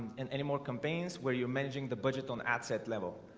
and any more campaigns where you're managing the budget on at set level?